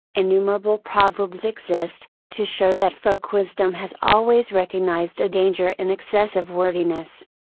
innumerable proverbs exist, to show that folk wisdom has always recognized a danger in excessive wordiness.